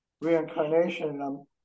reincarnation